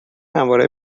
همواره